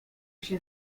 się